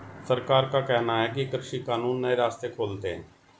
सरकार का कहना है कि कृषि कानून नए रास्ते खोलते है